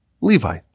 Levi